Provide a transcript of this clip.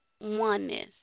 oneness